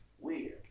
Weird